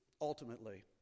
Ultimately